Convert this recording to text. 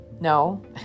No